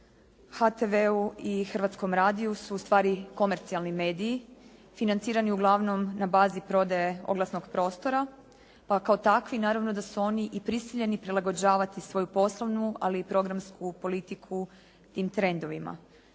HTV-u i Hrvatskom radiju su ustvari komercijalni mediji financirani uglavnom na bazi prodaje oglasnog prostora pa kao takvi naravno da su oni i prisiljeni prilagođavati svoju poslovnu ali i programsku politiku tim trendovima.